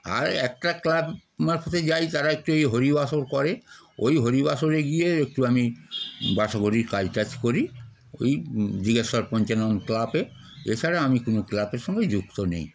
আর একটা ক্লাব মারফতে যাই তারা একটু এই হরিবাসর করে ওই হরিবাসরে গিয়ে একটু আমি বাসগরির কাজ টাজ করি ওই জিগেশ্বর পঞ্চানন ক্লাবে এছাড়া আমি কোনো ক্লাবের সঙ্গে যুক্ত নেই